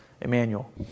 Emmanuel